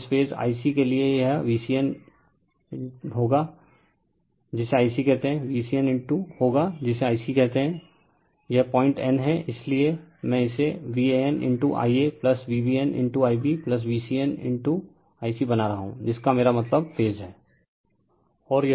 इस phase i c के लिए यह VCN होगा जिसे ic कहते हैं यह रिफर टाइम 0915 पॉइंट N है इसलिए मैं इसे VANIa v BNIbVCN i c बना रहा हूं जिसका मेरा मतलब रिफर टाइम 0928 फेज है